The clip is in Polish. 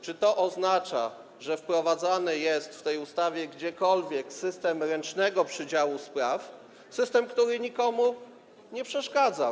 Czy to oznacza, że wprowadzany jest w tej ustawie gdziekolwiek system ręcznego przydziału spraw, system, który nikomu nie przeszkadzał?